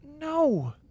No